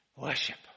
Worship